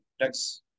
next